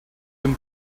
him